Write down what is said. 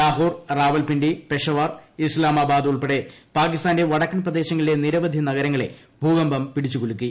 ലാഹോർ റാവൽപിണ്ടി പെഷവാർ ഇസ്സാമാബാദ് ഉൾപ്പെടെ പാകിസ്ഥാന്റെ വടക്കൻ പ്രദേശങ്ങളിലെ നിരവധി നഗരങ്ങളെ ഭൂകമ്പം പിടിച്ചു കുലുക്കി